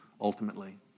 ultimately